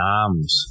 arms